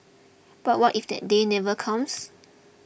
but what if that day never comes